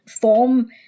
form